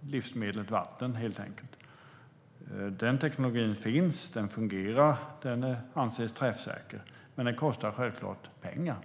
livsmedlet vatten, helt enkelt. Tekniken finns, och den fungerar och anses träffsäker. Men den kostar självklart pengar.